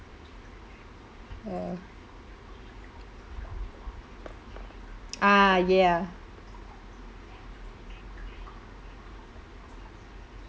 uh ah ya